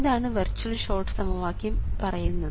എന്താണ് virtual short സമവാക്യം പറയുന്നത്